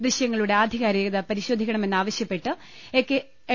ദൃശ്യങ്ങളുടെ ആധികാരികത പരിശോധി ക്കണമെന്നാവശ്യപ്പെട്ട് എം